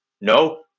No